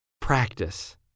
practice